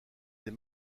des